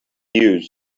used